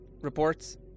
reports